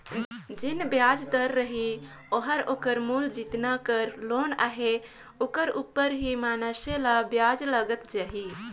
जेन बियाज दर रही ओहर ओकर मूल जेतना कर लोन अहे ओकर उपर ही मइनसे ल बियाज लगत जाही